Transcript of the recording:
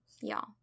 Y'all